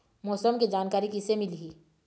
मौसम के जानकारी किसे मिलही?